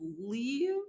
believe